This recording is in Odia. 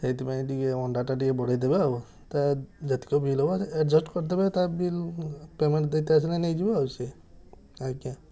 ସେଇଥିପାଇଁ ଟିକେ ଅଣ୍ଡାଟା ଟିକେ ବଢ଼ାଇ ଦେବେ ଆଉ ତା ଯେତେକ ବିଲ୍ ହବ ଆଡ଼ଜଷ୍ଟ କରିଦେବେ ତ ବିଲ୍ ପେମେଣ୍ଟ ଦେଇତେ ଆସିଲେ ନେଇଯିବ ଆଉ ସିଏ ଆଜ୍ଞା